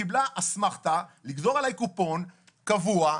היא קיבלה אסמכתה לגזור עלי קופון קבוע.